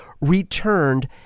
returned